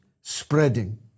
spreading